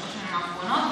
בשנים האחרונות,